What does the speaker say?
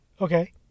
Okay